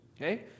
Okay